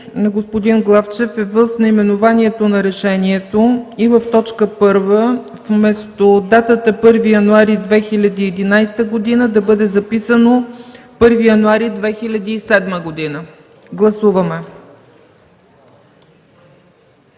господин Главчев е в наименованието на решението и в т. 1: вместо датата 1 януари 2011 г. да бъде записано 1 януари 2007 г. Гласуваме.